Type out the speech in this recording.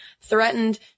threatened